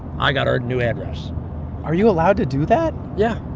i got her new address are you allowed to do that? yeah.